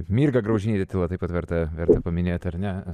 mirga gražinytė tyla taip pat verta verta paminėti ar ne